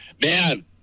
man